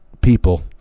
people